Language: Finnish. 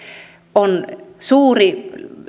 on suuri